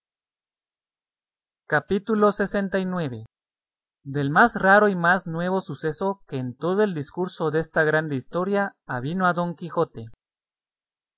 capítulo capítulo lxix del más raro y más nuevo suceso que en todo el discurso desta grande historia avino a don quijote